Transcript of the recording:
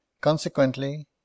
consequently